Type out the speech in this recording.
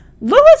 Lewis